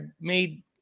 made